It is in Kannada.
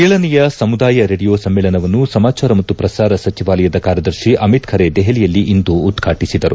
ಏಳನೆಯ ಸಮುದಾಯ ರೇಡಿಯೋ ಸಮ್ಮೇಳನವನ್ನು ಸಮಾಚಾರ ಮತ್ತು ಪ್ರಸಾರ ಸಚಿವಾಲಯದ ಕಾರ್ಯದರ್ತಿ ಅಮಿತ್ ಖರೆ ದೆಹಲಿಯಲ್ಲಿ ಇಂದು ಉದ್ವಾಟಿಸಿದರು